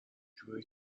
جوری